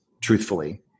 truthfully